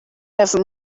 have